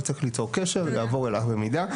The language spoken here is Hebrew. אני צריך ליצור קשר ויעבור אלייך המידע.